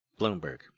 Bloomberg